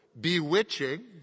Bewitching